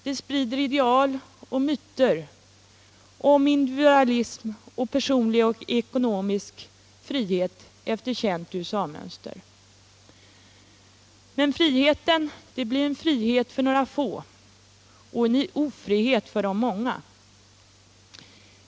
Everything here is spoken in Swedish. Det sprider ideal och myter om individualism och om personlig och ekonomisk frihet efter känt USA mönster. Men friheten blir en frihet för några få och en ofrihet för de många.